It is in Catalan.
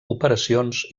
operacions